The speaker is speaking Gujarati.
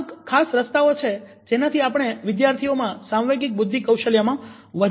આ અમુક ખાસ રસ્તાઓ છે કે જેનાથી આપણે વિદ્યાર્થીઓમાં સાંવેગિક બુદ્ધિ કૌશલ્યોમાં વધારો કરી શકીએ